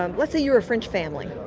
um let's say you're a french family.